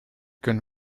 que